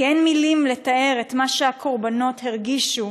כי אין מילים לתאר את מה שהקורבנות הרגישו